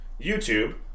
YouTube